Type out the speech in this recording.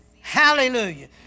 Hallelujah